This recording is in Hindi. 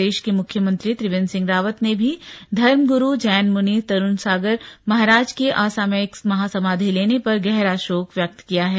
प्रदेश के मुख्यमंत्री त्रिवेन्द्र सिंह रावत ने भी धर्मगुरू जैन मुनि तरूण सागर महाराज के असामयिक महासमाधि लेने पर गहरा शोक व्यक्त किया है